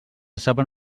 saben